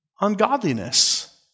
ungodliness